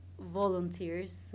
Volunteers